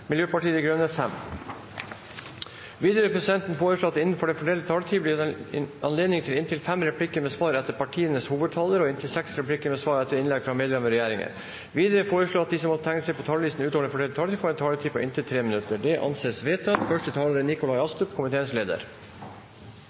Miljøpartiet De Grønne 5 minutter. Videre vil presidenten foreslå at det – innenfor den fordelte taletid – blir gitt anledning til inntil fem replikker med svar etter partienes hovedtalere og inntil seks replikker med svar etter innlegg fra medlemmer av regjeringen. Videre blir det foreslått at de som måtte tegne seg på talerlisten utover den fordelte taletid, får en taletid på inntil 3 minutter. – Det anses vedtatt. Nasjonal transportplan er